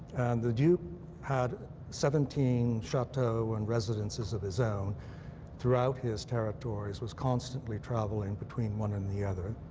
the duke had seventeen chateaux and residences of his own throughout his territories, was constantly travelling between one and the other.